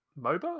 MOBA